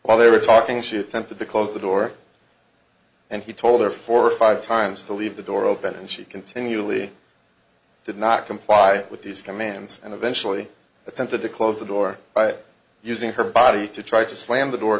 while they were talking shit tempted to close the door and he told her four five times to leave the door open and she continually did not comply with these commands and eventually attempted to close the door by using her body to try to slam the door